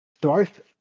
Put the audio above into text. Darth